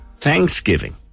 Thanksgiving